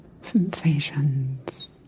sensations